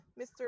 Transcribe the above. Mr